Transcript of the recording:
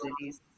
cities